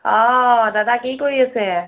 অঁ দাদা কি কৰি আছে